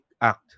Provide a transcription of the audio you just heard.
act